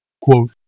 Quote